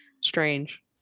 strange